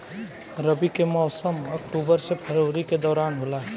रबी के मौसम अक्टूबर से फरवरी के दौरान होला